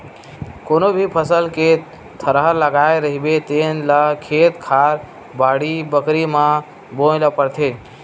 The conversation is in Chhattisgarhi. कोनो भी फसल के थरहा लगाए रहिबे तेन ल खेत खार, बाड़ी बखरी म बोए ल परथे